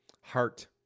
heart